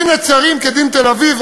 דין נצרים כדין תל-אביב,